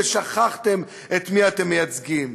ושכחתם את מי אתם מייצגים.